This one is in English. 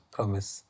Promise